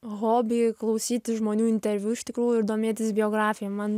hobį klausyti žmonių interviu iš tikrųjų ir domėtis biografija man